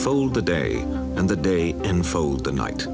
fold the day and the day unfold the night